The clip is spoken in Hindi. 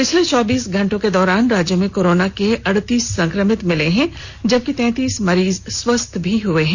पिछले चौबीस घंटों के दौरान राज्य में कोरोना के अड़तीस संक्रमित मिले हैं जबकि तैतीस मरीज स्वस्थ हुए हैं